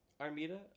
Armida